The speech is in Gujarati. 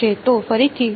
તો ફરીથી હું શું કરું